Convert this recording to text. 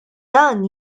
dan